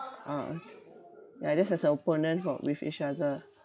ah ya at least there's a opponent for with each other